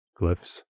Glyphs